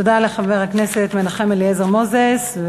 תודה לחבר הכנסת מנחם אליעזר מוזס.